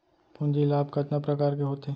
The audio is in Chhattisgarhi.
पूंजी लाभ कतना प्रकार के होथे?